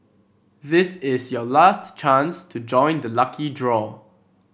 this is your last chance to join the lucky draw